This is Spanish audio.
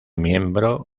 miembro